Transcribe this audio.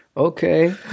Okay